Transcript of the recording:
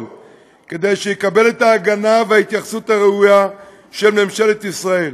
כדי שיקבלו את ההגנה וההתייחסות הראויה של ממשלת ישראל.